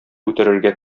үтерергә